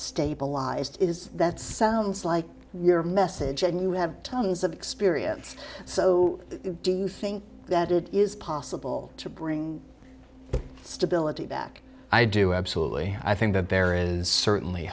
stabilized is that sounds like your message and you have tons of experience so do you think that it is possible to bring stability back i do absolutely i think that there is certainly